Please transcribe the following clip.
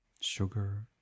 Sugar